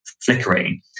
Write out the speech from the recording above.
flickering